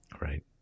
right